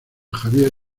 xavier